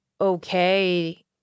okay